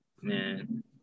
man